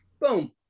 Boom